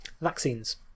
vaccines